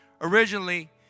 originally